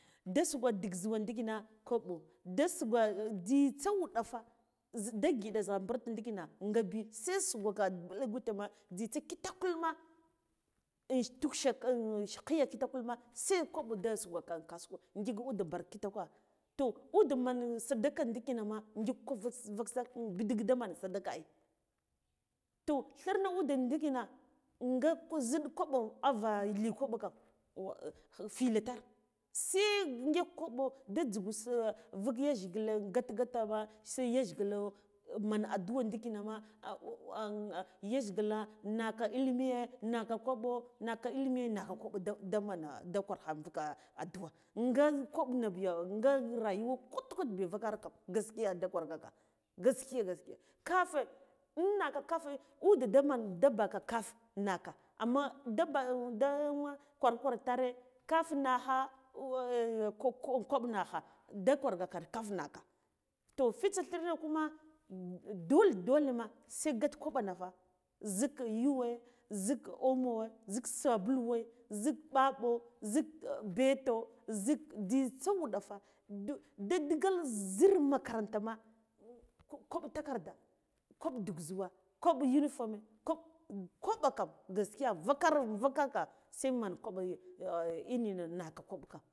Da sukwar ndik zuwa ndikina kwaɓo nda sukwa jzitsa wuɗa faza ada giɗa za mbirt ndikine nga bi se sukoka ma mɓi giteni jzita. katakul na in in tuk shek khiya kitakulma se kwaɓa da sugwaka in kasuwa ngile ude bar kita kwa toh ude men sadekandikenem. ngik kovak vik sir ɓidij dimen sadeka ai toh tlima ude ndikina nga ziɗ kwaɓo ava li kwaɓe kam wa fila tar se njik kwaɓo dejgule vule jajgila in gata gatame se yajgilo man addu'we adilcine ma aɓu yajgila naka ilimiye naka kwaɓo naka ka ilimiya naka kwabo de mana ade kwakla in addu'wa nga kwaɓna biya nga rayuwa kwata kwata bi vukarkim gaskiya da kwagake da gaskiya gaskiya kofa innaka kofe ude daman da baka kafe nnika anma dabar da kwir tare kat nakh wa ko kwoɓ nakla da kwargake kafna toh fitha thina kuma dole dolena se gat kwaɓa na fa zik yuwe zik omowe zik sabulu we zik mbabo zik beto zik jzitsa wuɗa fa ndunda digal zir makaranta ma kwib takarda kwab dig zuwa kwab uniforme kwab kwiɓe kam gaskiya vakara vukaka seman kwaɓa inina na kanka.